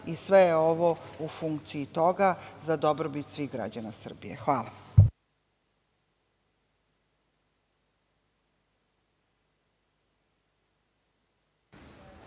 Sve je ovo u funkciji toga, za dobrobit svih građana Srbije. Hvala.